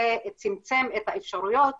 זה צמצם את האפשרויות